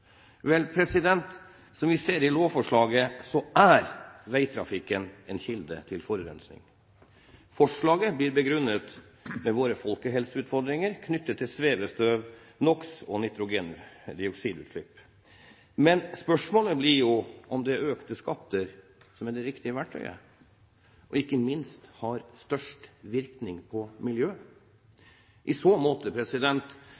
Som vi ser av lovforslaget, er veitrafikken en kilde til forurensning. Forslaget blir begrunnet med våre folkehelseutfordringer knyttet til svevestøvog nitrogendioksidutslipp. Men spørsmålet blir jo om det er økte skatter som er det riktige verktøyet, og ikke minst om det er det som har størst virkning på